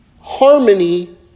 harmony